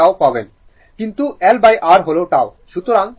সুতরাং τ ক্যানসেল করা হবে